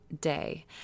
Day